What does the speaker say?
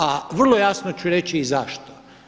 A vrlo jasno ću reći i zašto.